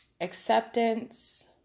acceptance